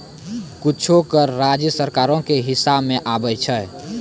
कुछो कर राज्य सरकारो के हिस्सा मे आबै छै